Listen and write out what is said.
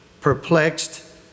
perplexed